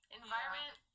environment